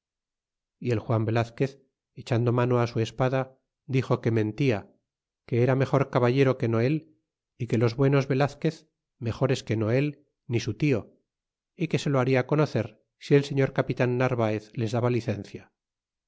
y el juan velazquez echando mano á su espada dixo que mentía que era mejor caballero que no él y de los buenos velazquez mejores que no él ni su tio y que se lo haría conocer si el señor capitan narvaez les daba licencia